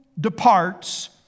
departs